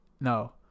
no